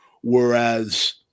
whereas